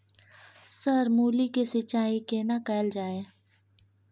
Sir मूली के सिंचाई केना कैल जाए?